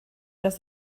das